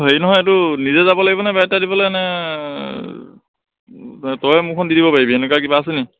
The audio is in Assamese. হেৰি নহয় এইটো নিজে যাব লাগিব নে বায়'ডাটা দিবলৈ নে তইয়ে মোৰখন দি দিব পাৰিবি এনেকুৱা কিবা আছেনি